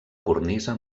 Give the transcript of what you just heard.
cornisa